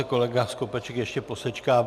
Kolega Skopeček ještě posečká.